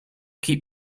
keep